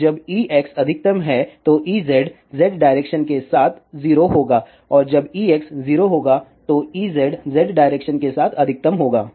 तो जब Ex अधिकतम है तो Ez z डायरेक्शन के साथ 0 होगा और जब Ex 0 होगा तो Ez z डायरेक्शन के साथ अधिकतम होगा